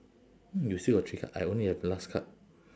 you still got three card I only have last card